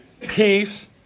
peace